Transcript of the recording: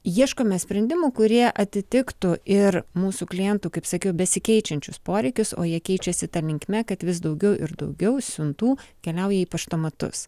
ieškome sprendimų kurie atitiktų ir mūsų klientų kaip sakiau besikeičiančius poreikius o jie keičiasi ta linkme kad vis daugiau ir daugiau siuntų keliauja į paštomatus